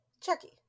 Chucky